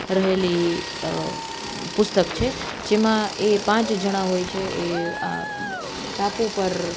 રહેલી પુસ્તક છે જેમાં એ પાંચ જણા હોય છે એ આ ટાપુ પર